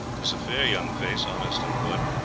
tis a fair young face, honest and good,